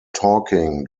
talking